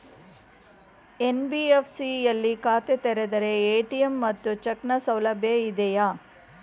NBFC ಯಲ್ಲಿ ಖಾತೆ ತೆರೆದರೆ ಎ.ಟಿ.ಎಂ ಮತ್ತು ಚೆಕ್ ನ ಸೌಲಭ್ಯ ಇದೆಯಾ?